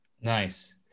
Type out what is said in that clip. Nice